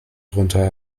drunter